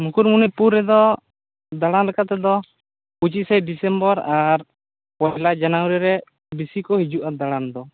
ᱢᱩᱠᱩᱴᱢᱩᱱᱤᱯᱩᱨ ᱨᱮᱫᱚ ᱫᱟᱲᱟᱱ ᱞᱮᱠᱟᱛᱮᱫᱚ ᱯᱚᱪᱤᱥᱮ ᱰᱤᱥᱮᱢᱵᱚᱨ ᱟᱨ ᱯᱚᱭᱞᱟ ᱡᱟᱱᱩᱣᱟᱨᱤ ᱨᱮ ᱵᱤᱥᱤ ᱠᱚ ᱦᱤᱡᱩᱜᱼᱟ ᱫᱟᱲᱟᱱ ᱫᱚ